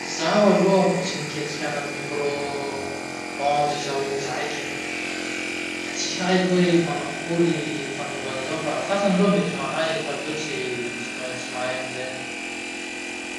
Zaho aloha mbo tsy niketriky ana amy Micro-ondes zao indraiky. Ka tsy haiko hoe manao akory fanaova anizao fa sasany aloha mety mahay fa tsy tsy mahay tsy mahay anizay.